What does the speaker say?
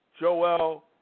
Joel